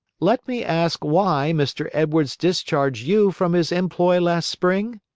let me ask why mr. edwards discharged you from his employ last spring?